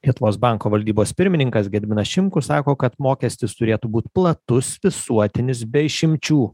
lietuvos banko valdybos pirmininkas gediminas šimkus sako kad mokestis turėtų būt platus visuotinis be išimčių